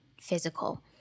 physical